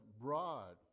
broad